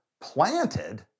Planted